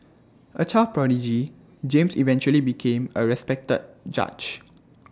A child prodigy James eventually became A respected judge